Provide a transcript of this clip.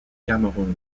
cameroun